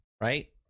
right